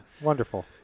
Wonderful